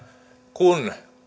kun